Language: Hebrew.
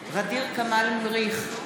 ע'דיר כמאל מריח,